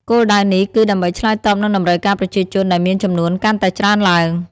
គោលដៅនេះគឺដើម្បីឆ្លើយតបនឹងតម្រូវការប្រជាជនដែលមានចំនួនកាន់តែច្រើនឡើង។